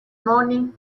morning